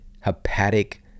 hepatic